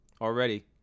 already